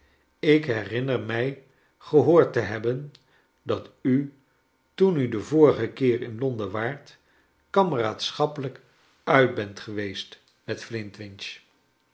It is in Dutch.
ik herinner mij gehoord te hebben dat u toen u den vorigen keer in londen waart kameraadschappelijk uit bent geweest met flintwinch